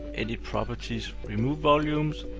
edit properties, remove volumes,